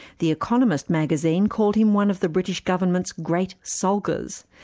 the economist magazine called him one of the british government's great sulkers.